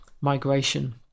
migration